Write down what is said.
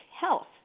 Health